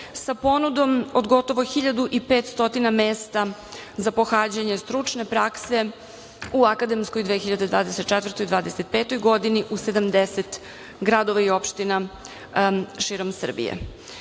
sa ponudom od gotovo 1.500 mesta za pohađanje stručne prakse u akademskoj 2024/25 godini u 70 gradova i opština širom Srbije. Želim